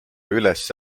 üles